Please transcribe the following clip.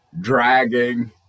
dragging